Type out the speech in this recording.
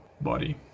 body